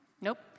Nope